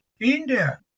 India